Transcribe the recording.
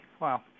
Wow